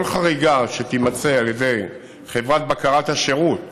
כל חריגה שתימצא על ידי חברת בקרת השירות